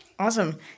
Awesome